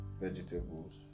vegetables